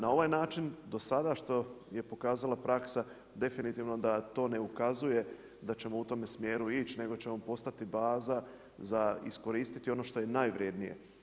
Na ovaj način, do sada što je pokazala praksa, definitivno, da to ne ukazuje, da ćemo u tome smjeru ići, nego ćemo postati baza, za iskoristiti ono što je najvrijednije.